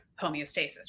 homeostasis